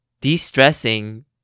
De-stressing